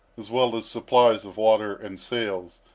as well as supplies of water and sails,